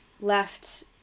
left